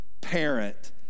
parent